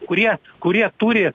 kurie kurie turi